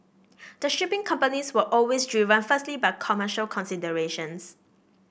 the shipping companies were always driven firstly by commercial considerations